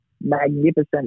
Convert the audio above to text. magnificent